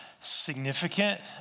significant